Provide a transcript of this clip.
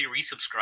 resubscribe